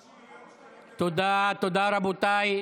תודה, תודה, רבותיי.